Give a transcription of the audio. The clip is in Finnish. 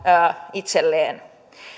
itselleen